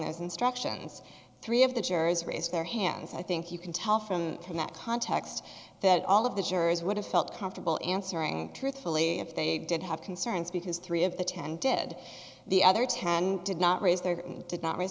those instructions three of the jurors raised their hands i think you can tell from in that context that all of the jurors would have felt comfortable answering truthfully if they did have concerns because three of the ten did the other ten did not raise their did not raise